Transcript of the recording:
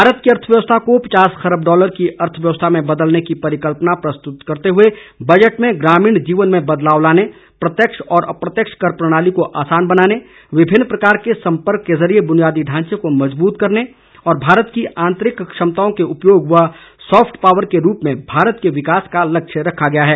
भारत की अर्थव्यवस्था को पचास खरब डॉलर की अर्थव्यवस्था में बदलने की परिकल्पना प्रस्तुत करते हुए बजट में ग्रामीण जीवन में बदलाव लाने प्रत्यक्ष और अप्रत्यक्ष कर प्रणाली को आसान बनाने विभिन्न प्रकार के संपर्क के जरिए बुनियादी ढांचे को मजबूत करने भारत की आंतरिक क्षमताओं के उपयोग और सॉफ्ट पावर के रूप में भारत के विकास का लक्ष्य रखा गया है